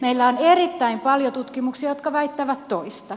meillä on erittäin paljon tutkimuksia jotka väittävät toista